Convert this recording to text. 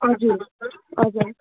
हजुर हजुर